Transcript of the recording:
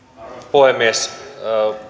puhemies